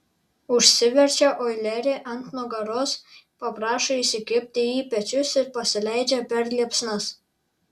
užsiverčia oilerį ant nugaros paprašo įsikibti į pečius ir pasileidžia per liepsnas